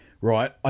Right